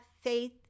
faith